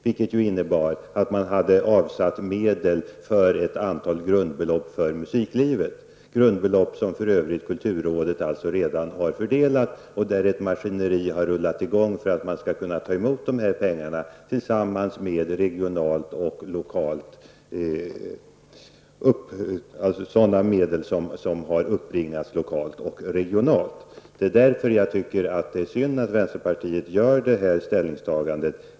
Den innebar att man hade avsatt medel för ett antal grundbelopp till musiklivet, grundbelopp som för övrigt kulturrådet redan har fördelat och där ett maskineri har rullat i gång för att man skall kunna ta emot de här pengarna tillsammans med sådana medel som har uppbringats lokalt och regionalt. Det är därför jag tycker att det är synd att vänsterpartiet gör detta ställningstagande.